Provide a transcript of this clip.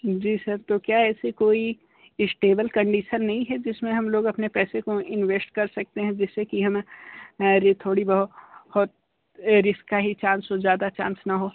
जी sir तो क्या ऐसे कोई स्टेबल कंडीशन नहीं है जिसमें हम लोग अपने पैसे को इन्वेस्ट कर सकते हैं जिससे की हमें ऐसी थोड़ी बहुत रिस्क का चांस ज़्यादा चांस ना हो